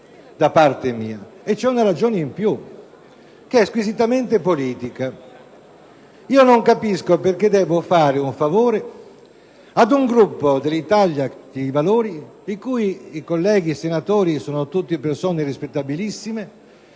da parte mia. C'è una ragione in più, che è squisitamente politica: non capisco perché dovrei fare un favore al Gruppo Italia dei Valori, i cui colleghi senatori sono tutte persone rispettabilissime,